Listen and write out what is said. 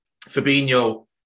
Fabinho